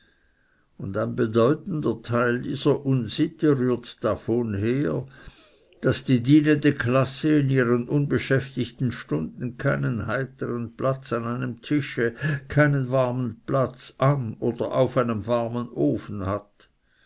und ein bedeutender teil dieser unsitte rührt davon her daß die dienende klasse in ihren unbeschäftigten stunden keinen heitern platz an einem tische keinen warmen platz an oder auf einem warmen ofen hat